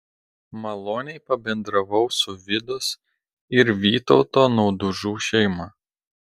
maloniai pabendravau su vidos ir vytauto naudužų šeima